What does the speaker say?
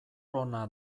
ona